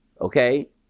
Okay